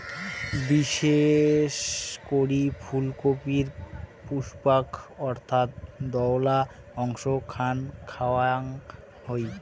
বিশেষ করি ফুলকপির পুষ্পাক্ষ অর্থাৎ ধওলা অংশ খান খাওয়াং হই